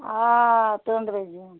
آ توٚنٛدرٕ زیُن